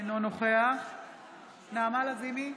אינו נוכח נעמה לזימי,